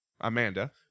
amanda